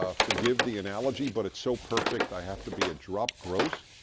ah forgive the analogy, but it's so perfect i have to be a drop gross,